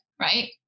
right